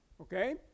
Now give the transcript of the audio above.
Okay